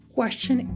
Question